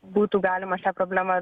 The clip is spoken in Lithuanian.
būtų galima šią problemą